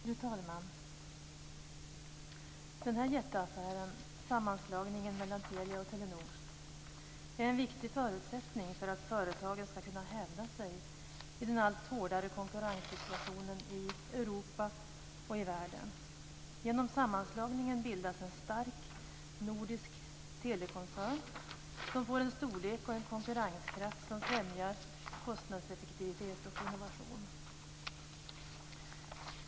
Fru talman! Den här jätteaffären, sammanslagningen av Telia och Telenor, är en viktig förutsättning för att företagen skall kunna hävda sig i en allt hårdare konkurrenssituation i Europa och i världen. Genom sammanslagningen bildas en stark nordisk telekoncern som får en storlek och en konkurrenskraft som främjar kostnadseffektivitet och innovation.